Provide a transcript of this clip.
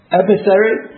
emissary